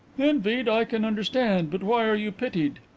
envied, i can understand. but why are you pitied?